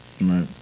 Right